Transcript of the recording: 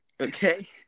Okay